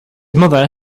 mother